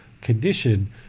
condition